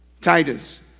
Titus